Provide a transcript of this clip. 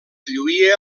lluïa